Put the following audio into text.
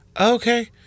okay